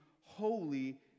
holy